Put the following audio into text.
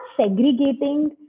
segregating